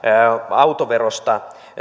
autoverosta